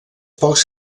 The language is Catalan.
pocs